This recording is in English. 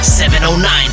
709